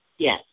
Yes